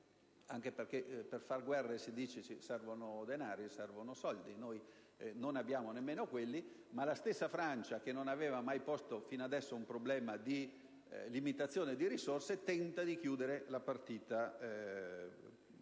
anche perché per fare le guerre - si dice - servono i soldi, e noi non abbiamo nemmeno quelli. La stessa Francia, che non aveva mai posto fino adesso un problema di limitazione di risorse, tenta di chiudere la partita nel più